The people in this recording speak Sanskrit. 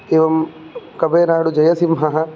एवं कवयनाडुजयसिंहः